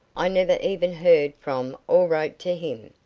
i never even heard from or wrote to him.